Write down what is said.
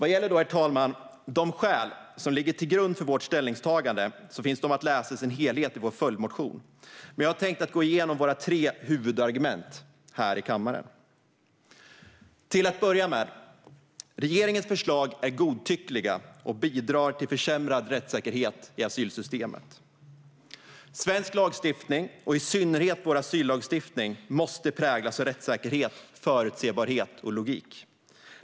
De skäl som ligger till grund för vårt ställningstagande finns att läsa i sin helhet i vår följdmotion, men jag har tänkt gå igenom våra tre huvudargument här i kammaren. Till att börja med är regeringens förslag godtyckliga och bidrar till försämrad rättssäkerhet i asylsystemet. Svensk lagstiftning, och i synnerhet vår asyllagstiftning, måste präglas av rättssäkerhet, förutsebarhet och logik.